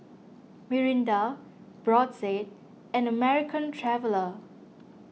Mirinda Brotzeit and American Traveller